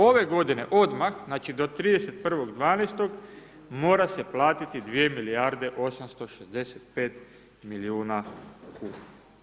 Ove godine odmah znači do 31.12. mora se platiti 2 milijarde 865 milijuna kuna.